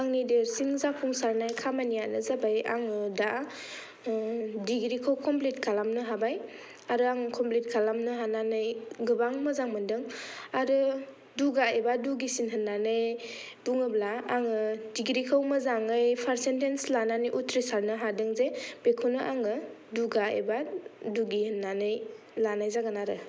आंनि देरसिन जाफुंसारनाय खामानियानो जाबाय आङो दा डिग्रि खौ कमप्लीट खालामनो हाबाय आरो आं कमप्लिट खालामनो हानानै गोबां मोजां मोनदों आरो दुगा एबा दुगिसिन होन्नानै बुङोब्ला आङो डिग्रि खौ मोजाङै पार्सेन्टेज लानानै उथ्रिसारनो हादों जे बेखौनो आङो दुगा एबा दुगि होन्नानै लानाय जागोन आरो